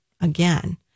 again